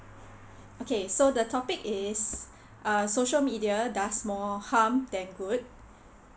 okay so the topic is uh social media does more harm than good